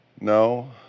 no